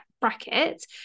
bracket